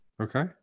Okay